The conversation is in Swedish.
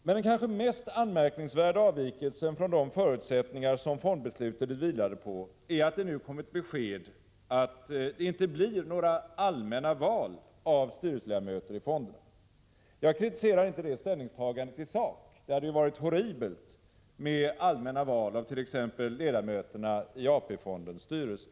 Men den kanske mest anmärkningsvärda avvikelsen från de förutsättning ar som fondbeslutet vilade på är att det nu kommit besked om att det inte blir några allmänna val av styrelseledamöter i fonderna. Jag kritiserar inte det ställningstagandet isak. Det hade ju varit horribelt med allmänna val avt.ex. ledamöterna i AP-fondens styrelser.